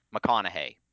McConaughey